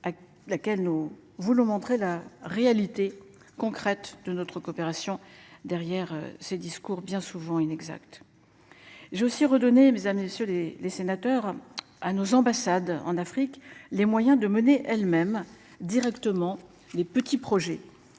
à laquelle nous voulons montrer la réalité concrète de notre coopération. Derrière ces discours bien souvent inexacts. Je suis redonnée mesdames messieurs les les sénateurs à nos ambassades en Afrique, les moyens de mener elles-mêmes directement les petits projets